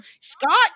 scott